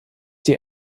die